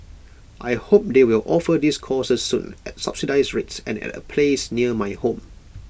I hope they will offer these courses soon at subsidised rates and at A place near my home